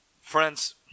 Friends